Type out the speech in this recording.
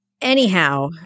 Anyhow